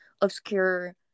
obscure